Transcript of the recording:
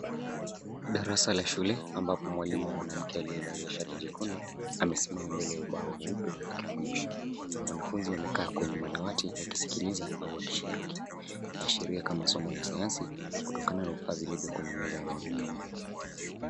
Darasa la shule ambapo mwalimu mwanamke aliyevalia shati jekundu amesimama mbele ya ubao mweupe akifundsha. Wanafunzi wamekaa kwenye madawati wakisikiliza au wakishiriki, inaashiria kama somo la sayansi kutokana na vifaa vilivyo kwenye meza ya mwalimu.